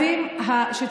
לעניין הקווים שציינת,